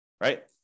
Right